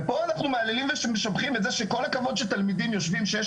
ופה אנחנו מהללים ומשבחים את זה שכל הכבוד שתלמידים יושבים שש,